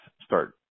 start